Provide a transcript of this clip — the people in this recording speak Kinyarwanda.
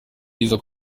byiza